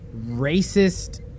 racist